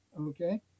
Okay